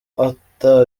ata